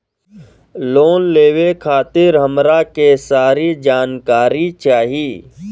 Loan लेवे खातीर हमरा के सारी जानकारी चाही?